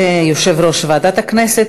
יושב-ראש ועדת הכנסת.